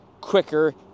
quicker